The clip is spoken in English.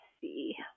see